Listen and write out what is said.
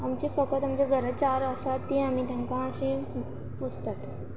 आमचे फकत आमच्या घरा चार आसा तीं आमी तेंका अशीं पोसतात